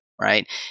right